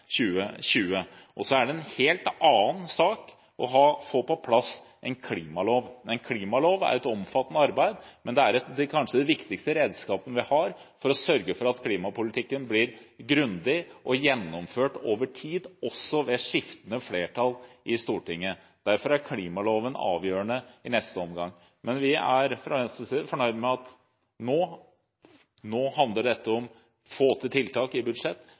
2020. Så er det en helt annen sak å få på plass en klimalov. En klimalov er et omfattende arbeid, men det er kanskje det viktigste redskapet vi har for å sørge for at klimapolitikken blir grundig og gjennomført over tid, også ved skiftende flertall i Stortinget. Derfor er klimaloven avgjørende i neste omgang. Fra Venstres side er vi fornøyd med at dette nå handler om å få til tiltak i budsjett,